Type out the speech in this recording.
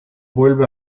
vuelve